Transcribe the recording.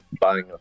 buying